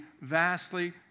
vastly